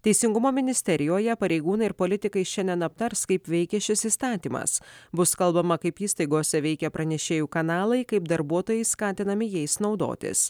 teisingumo ministerijoje pareigūnai ir politikai šiandien aptars kaip veikia šis įstatymas bus kalbama kaip įstaigose veikia pranešėjų kanalai kaip darbuotojai skatinami jais naudotis